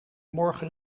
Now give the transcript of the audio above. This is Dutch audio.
morgen